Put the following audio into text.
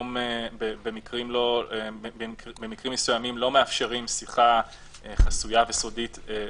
היום במקרים מסוים הם לא מאפשרים שיחה חסויה וסודית באמת.